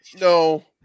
no